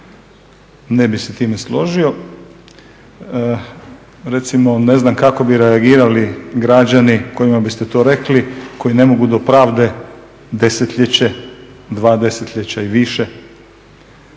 Ne bih se s time složio. Recimo ne znam kako bi reagirali građani kojima biste to rekli, koji ne mogu do pravde desetljeće, dva desetljeća i više.